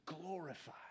glorify